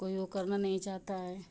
कोई वह करना नहीं चाहता है